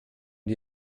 die